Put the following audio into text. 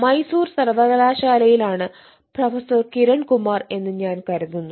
മൈസൂർ സർവകലാശാലയിലാണ് പ്രൊഫസർ കിരൺ കുമാർ എന്ന് ഞാൻ കരുതുന്നു